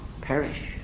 perish